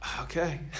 okay